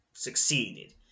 Succeeded